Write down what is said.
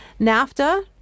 NAFTA